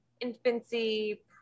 infancy